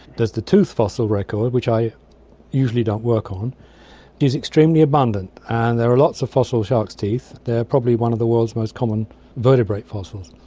there's the tooth fossil record which i usually don't work on, which is extremely abundant. and there are lots of fossil sharks teeth, they are probably one of the world's most common vertebrate fossils.